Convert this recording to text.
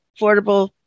affordable